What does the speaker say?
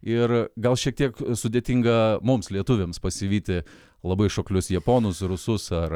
ir gal šiek tiek sudėtinga mums lietuviams pasivyti labai šoklius japonus rusus ar